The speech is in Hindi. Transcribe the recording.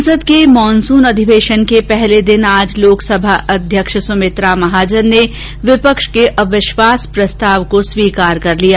संसद के मानसून अधिवेशन के पहले दिन आज लोकसभा अध्यक्ष सुमित्रा महाजन ने विपक्ष के अविश्वास प्रस्ताव को स्वीकार कर लिया